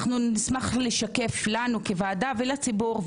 אנחנו נשמח לשקף לנו כוועדה ולציבור,